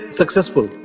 successful